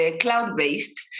cloud-based